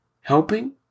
helping